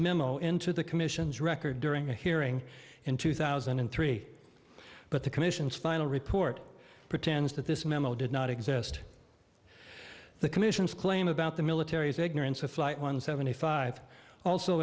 memo into the commission's record during the hearing in two thousand and three but the commission's final report pretends that this memo did not exist the commission's claim about the military's ignorance of flight one seventy five also